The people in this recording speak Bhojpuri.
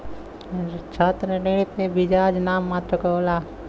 छात्र ऋण पे बियाज नाम मात्र क होला